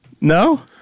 No